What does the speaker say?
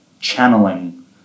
channeling